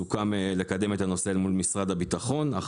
סוכם לקדם את הנושא אל מול משרד הבטחון אך